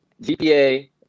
GPA